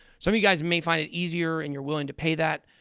some of you guys may find it easier, and you're willing to pay that,